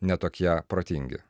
ne tokie protingi